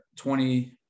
20